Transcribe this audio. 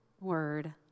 word